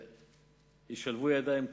כולם ישלבו ידיים,